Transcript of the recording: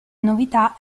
novità